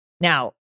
Now